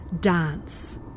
dance